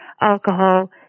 alcohol